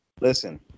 Listen